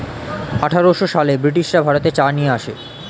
আঠারোশো সালে ব্রিটিশরা ভারতে চা নিয়ে আসে